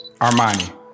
Armani